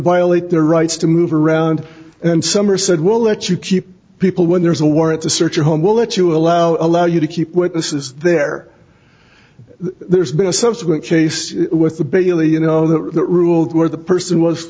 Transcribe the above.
violate their rights to move around and some are said we'll let you keep people when there's a warrant to search your home we'll let you allow allow you to keep witnesses there there's been a subsequent chase with the bailey you know the rule where the person was